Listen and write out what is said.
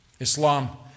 Islam